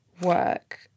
work